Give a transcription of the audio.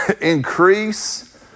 increase